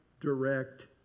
direct